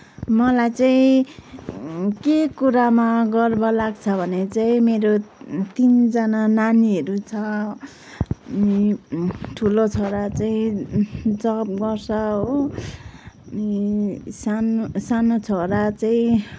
मलाई चाहिँ के कुरामा गर्व लाग्छ भने चाहिँ मेरो तिनजना नानीहरू छ ठुलो छोरा चाहिँ जब गर्छ हो सानो सानो छोरा चाहिँ